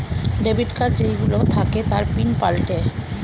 debit card যেই গুলো থাকে তার পিন পাল্টায়ে